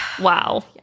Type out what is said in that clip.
wow